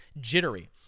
jittery